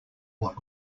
what